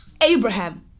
Abraham